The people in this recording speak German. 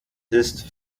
ist